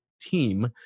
team